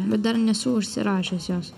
bet dar nesu užsirašęs jos